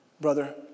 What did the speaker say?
Brother